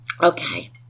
Okay